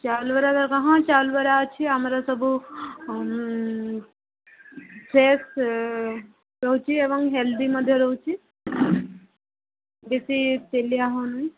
ଚାଉଳ ବରା ହଁ ଚାଉଳ ବରା ଅଛି ଆମର ସବୁ ଫ୍ରେସ ରହୁଛି ଏବଂ ହେଲଦି ମଧ୍ୟ ରହୁଛି ବେଶୀ ତେଲିଆ ହଉନି